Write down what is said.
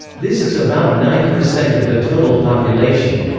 this is about nine percent of the total population.